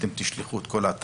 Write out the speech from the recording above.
אתם תשלחו את כל ההתראות